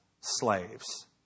slaves